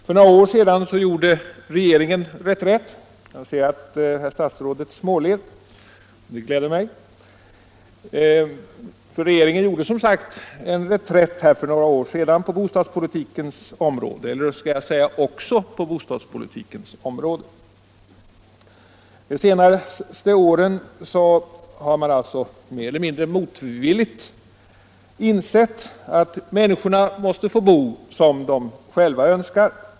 För några år sedan gjorde regeringen reträtt också på bostadspolitikens område — jag ser att bostadsministern nu småler, och det gläder mig — och de senaste åren har man mer eller mindre motvilligt insett att människorna måste få bo som de själva önskar.